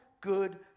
good